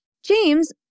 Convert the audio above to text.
James